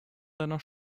seiner